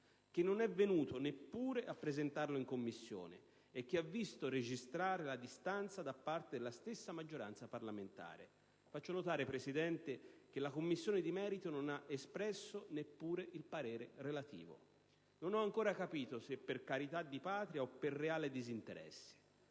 che non è venuto neppure a presentarlo in Commissione e che ha visto registrare la distanza da parte della stessa maggioranza parlamentare. Faccio notare, signor Presidente, che la Commissione di merito non ha neppure espresso il parere relativo, non ho ancora capito se per carità di Patria o per reale disinteresse.